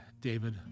David